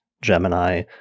Gemini